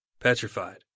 petrified